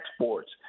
exports